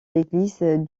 l’église